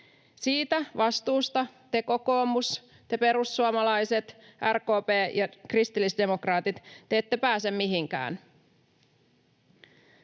Siitä vastuusta te — kokoomus, perussuomalaiset, RKP ja kristillisdemokraatit — ette pääse mihinkään.